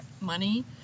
money